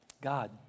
God